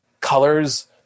colors